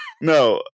no